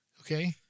Okay